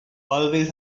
always